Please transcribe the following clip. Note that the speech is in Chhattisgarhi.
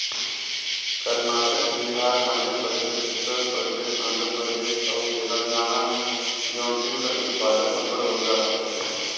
करनाटक, बिहार, मध्यपरदेस, उत्तर परदेस, आंध्र परदेस अउ तेलंगाना में जोंढरी कर उत्पादन अब्बड़ बगरा होथे